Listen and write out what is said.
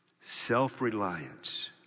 Self-reliance